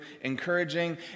encouraging